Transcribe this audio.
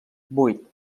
vuit